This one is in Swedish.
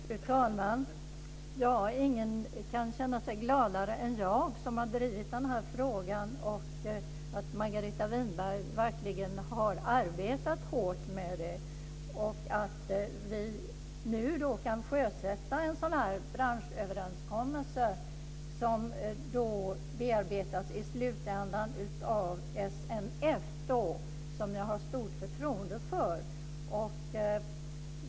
Fru talman! Ingen kan känna sig gladare än jag som har drivit den här frågan. Margareta Winberg har verkligen arbetat hårt med den. Det är glädjande att vi kan sjösätta en branschöverenskommelse som nu i slutändan bearbetas av SNF. Jag har stort förtroende för dem.